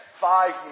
five